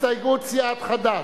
הסתייגות סיעת חד"ש,